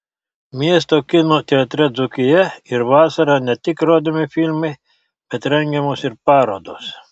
miesto kino teatre dzūkija ir vasarą ne tik rodomi filmai bet rengiamos ir parodos